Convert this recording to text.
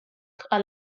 għal